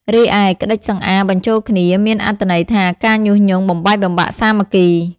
រីឯ ក្ដិចសង្អារបញ្ចូលគ្នា មានអត្ថន័យថា ការញុះញង់បំបែកបំបាក់សាមគ្គី ។